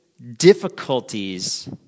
Difficulties